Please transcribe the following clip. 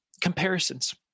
comparisons